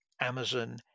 Amazon